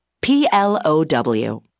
P-L-O-W